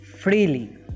freely